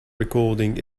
recording